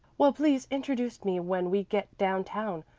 well please introduce me when we get down-town,